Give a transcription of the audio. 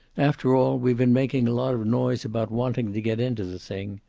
after all, we've been making a lot of noise about wanting to get into the thing.